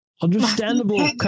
Understandable